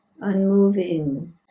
unmoving